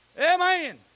Amen